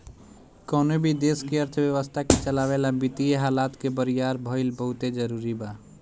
कवनो भी देश के अर्थव्यवस्था के चलावे ला वित्तीय हालत के बरियार भईल बहुते जरूरी बा